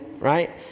right